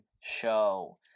show